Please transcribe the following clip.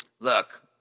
Look